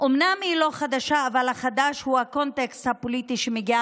מנותקת מכל מה שקורה